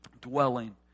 dwelling